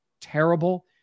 terrible